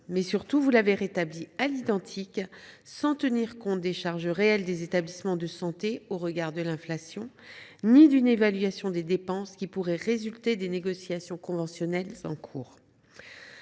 sans surprise, mais à l’identique, sans tenir compte des charges réelles des établissements de santé au regard de l’inflation ni d’une évaluation des dépenses qui pourraient résulter des négociations conventionnelles en cours.